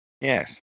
Yes